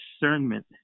discernment